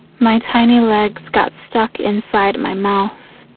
my tiny legs got stuck inside my mouth